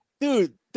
dude